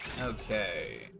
Okay